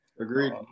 Agreed